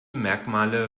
merkmale